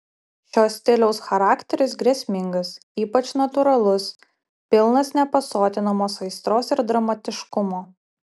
šio stiliaus charakteris grėsmingas ypač natūralus pilnas nepasotinamos aistros ir dramatiškumo